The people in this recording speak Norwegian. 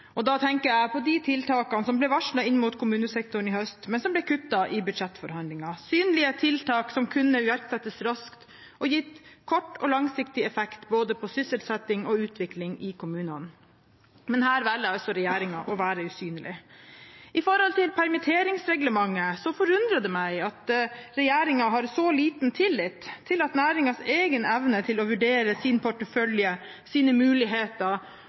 Da tenker jeg på de tiltakene som ble varslet inn mot kommunesektoren i høst, men som ble kuttet i budsjettforhandlingene – synlige tiltak som kunne iverksettes raskt og gitt kort- og langsiktig effekt på både sysselsetting og utvikling i kommunene. Men her velger altså regjeringen å være usynlig. Når det gjelder permitteringsreglementet, forundrer det meg at regjeringen har så liten tillit til næringens egen evne til å vurdere sin portefølje, sine muligheter